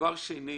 דבר שני